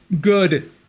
good